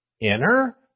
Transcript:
inner